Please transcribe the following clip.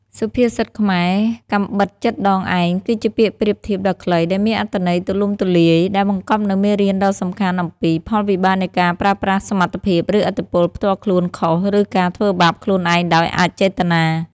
សុភាសិតខ្មែរ «កាំបិតចិតដងឯង» គឺជាពាក្យប្រៀបធៀបដ៏ខ្លី តែមានអត្ថន័យទូលំទូលាយ ដែលបង្កប់នូវមេរៀនដ៏សំខាន់អំពី ផលវិបាកនៃការប្រើប្រាស់សមត្ថភាព ឬឥទ្ធិពលផ្ទាល់ខ្លួនខុស ឬ ការធ្វើបាបខ្លួនឯងដោយអចេតនា។